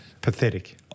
Pathetic